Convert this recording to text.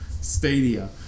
Stadia